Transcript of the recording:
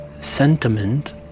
sentiment